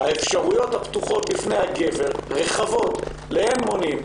האפשרויות הפתוחות בפני הגבר רחבות לאין מונים,